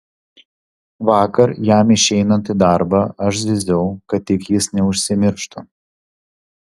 vakar jam išeinant į darbą aš zyziau kad tik jis neužsimirštų